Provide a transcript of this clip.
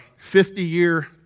50-year